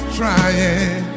trying